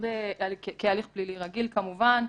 כהליך פלילי רגיל כמובן,